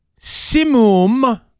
Simum